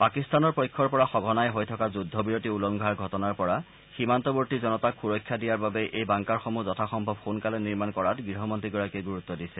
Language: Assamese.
পাকিস্তানৰ পক্ষৰ পৰা সঘনাই হৈ থকা যুদ্ধবিৰতি উলংঘাৰ ঘটনাৰ পৰা সীমান্তৱৰ্তী জনতাক সুৰক্ষা দিয়াৰ বাবেই এই বাংকাৰসমূহ যথাসম্ভৱ সোনকালে নিৰ্মাণ কৰাত গৃহমন্ত্ৰীগৰাকীয়ে ণুৰুত্ব দিছে